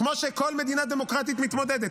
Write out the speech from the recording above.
כמו שכל מדינה דמוקרטית מתמודדת.